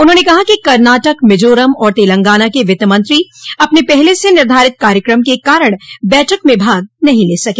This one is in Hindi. उन्होंने कहा कि कर्नाटक मिजोरम और तेलंगाना के वित्तमंत्री अपने पहले से निर्धारित कार्यक्रम के कारण बैठक में भाग नहीं ले सके